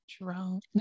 drunk